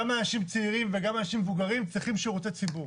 גם אנשים צעירים וגם אנשים מבוגרים צריכים שירותי ציבור.